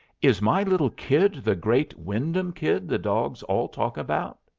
is my little kid the great wyndham kid the dogs all talk about?